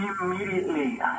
immediately